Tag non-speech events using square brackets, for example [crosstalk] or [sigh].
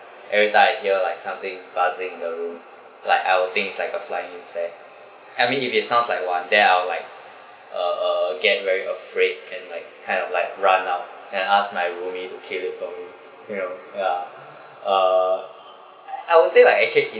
everytime I hear like something buzzing in the room like l will think it's like a flying insect I mean if it sounds like one then I will like uh uh get very afraid can like kind of like run out and ask my roomie to kill it for me you know ya uh [noise] I would say like I hate insects